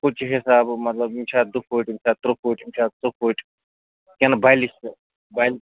کُچہِ حِسابہٕ مطلب یِم چھا دُ پٔٹۍ یِم چھا تُرٛپٔٹۍ یِم چھا ژُ پٔٹۍ کِنہٕ بَلہِ چھِ بَلہِ